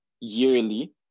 yearly